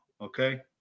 okay